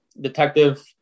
detective